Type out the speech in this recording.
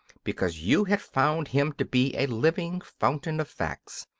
because you had found him to be a living fountain of facts,